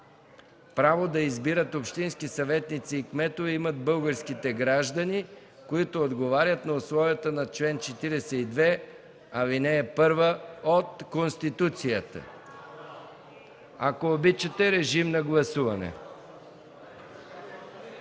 право да избират общински съветници и кметове имат българските граждани, които отговарят на условията на чл. 42, ал. 1 от Конституцията. Режим на гласуване.